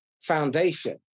foundation